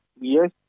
Yes